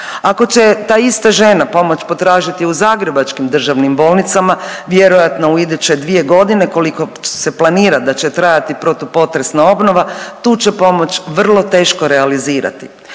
Ako će ta ista žena pomoć potražiti u zagrebačkim državnim bolnicama vjerojatno u iduće dvije godine koliko se planira da će trajati protupotresna obnova tu će pomoć vrlo teško realizirati.